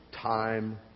time